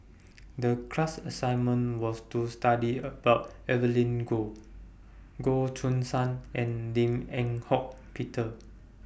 The class assignment was to study about Evelyn Goh Goh Choo San and Lim Eng Hock Peter